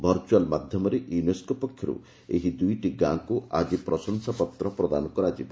virtual ମାଧ୍ଧମରେ UNESCO ପକ୍ଷର୍ଠ ଏହି ଦୂଇଟି ଗାଁକ୍ ଆଜି ପ୍ରଶଂସାପତ୍ର ପ୍ରଦାନ କରାଯିବ